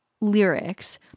lyrics